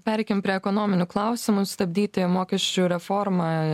pereikime prie ekonominių klausimų stabdyti mokesčių reformą